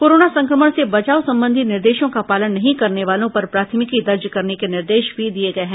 corona संक्रमण से बचाव संबंधी निर्देशों का पालन नहीं करने वालों पर प्राथमिकी दर्ज करने के निर्देश भी दिए गए हैं